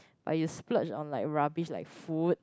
but you splurge on like rubbish like food